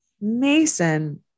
Mason